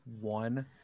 one